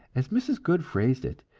as mrs. goode phrased it,